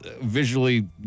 visually